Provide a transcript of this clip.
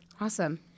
Awesome